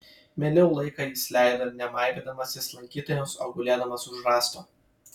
mieliau laiką jis leido ne maivydamasis lankytojams o gulėdamas už rąsto